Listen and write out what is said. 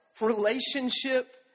relationship